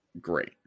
great